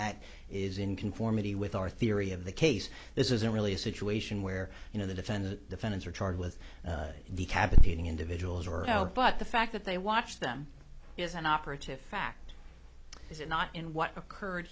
that is in conformity with our theory of the case this isn't really a situation where you know the defendant defendants are charged with decapitating individuals or but the fact that they watch them is an operative fact is it not in what occurred